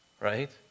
right